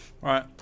Right